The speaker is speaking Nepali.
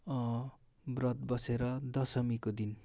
व्रत बसेर दशमीको दिन